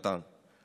מתן?